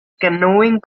canoeing